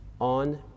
on